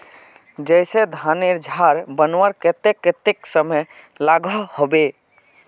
जैसे धानेर झार बनवार केते कतेक समय लागोहो होबे?